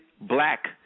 Black